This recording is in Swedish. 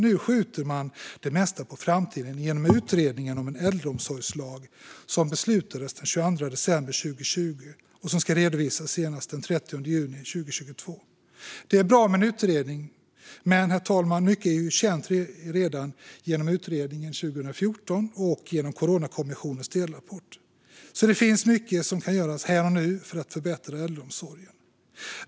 Nu skjuter man dessutom det mesta på framtiden genom utredningen om en äldreomsorgslag, som beslutades den 22 december 2020 och som ska redovisas senast den 30 juni 2022. Det är bra med en utredning, men mycket var ju redan känt genom utredningen 2014 och Coronakommissionens delrapport. Det finns mycket som kan göras här och nu för att förbättra äldreomsorgen.